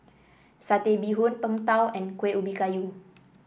Satay Bee Hoon Png Tao and Kuih Ubi Kayu